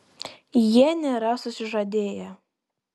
jie nėra susižadėję